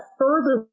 further